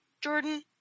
Jordan